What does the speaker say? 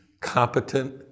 competent